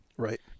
Right